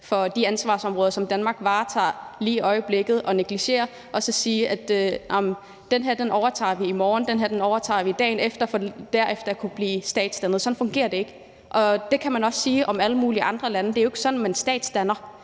for de ansvarsområder, som Danmark varetager lige i øjeblikket og negligerer, og sige: Det her overtager vi i morgen, og det her overtager vi dagen efter, så vi derefter kan blive dannet som stat. Sådan fungerer det ikke. Det samme kan man sige om alle mulige andre lande; det er jo ikke sådan, man danner stater.